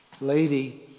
lady